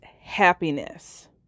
happiness